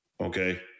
Okay